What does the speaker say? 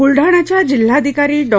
बुलडाण्याच्या जिल्हाधिकारी डॉ